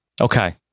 Okay